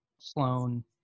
Sloan